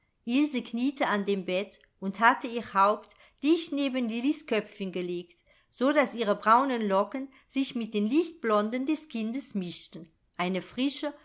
kniete an dem bett und hatte ihr haupt dicht neben lillis köpfchen gelegt so daß ihre braunen locken sich mit den lichtblonden des kindes mischten eine frische